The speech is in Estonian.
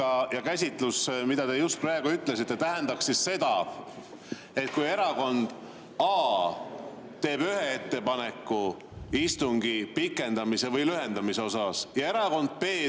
ja käsitlus, mida te just praegu [selgitasite], tähendab seda, et kui erakond A teeb ühe ettepaneku istungi pikendamise või lühendamise kohta ja erakond B teeb